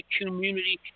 community